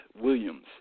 Williams